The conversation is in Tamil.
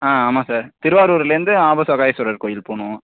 ஆ ஆமாம் சார் திருவாரூர்லந்து ஆபசகாயஸ்வரர் போயில் போகனும்